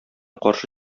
каршы